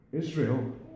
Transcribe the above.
Israel